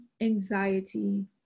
anxiety